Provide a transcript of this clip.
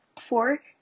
Four